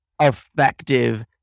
effective